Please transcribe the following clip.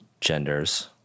genders